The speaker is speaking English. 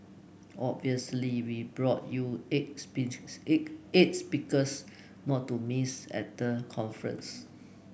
obviously we brought you eight speeches eight eight speakers not to miss at the conference